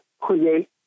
create